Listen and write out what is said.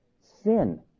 sin